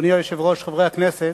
אדוני היושב-ראש, חברי הכנסת,